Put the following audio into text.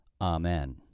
Amen